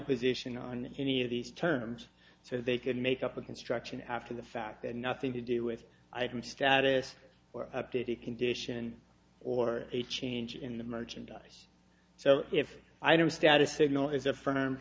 position on any of these terms so they could make up a construction after the fact that nothing to do with item status or update a condition or a change in the merchandise so if i don't status signal